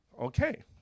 Okay